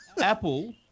Apple